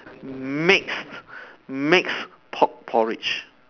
mixed mixed pork porridge